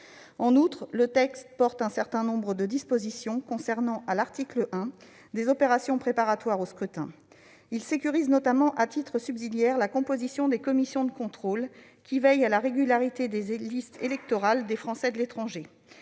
En outre, le texte comporte un certain nombre de dispositions telles que, à l'article 1, les opérations préparatoires au scrutin. Il sécurise notamment, à titre subsidiaire, la composition des commissions de contrôle qui veillent à la régularité des listes électorales des Français de l'étranger.